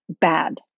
bad